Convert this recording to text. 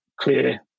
clear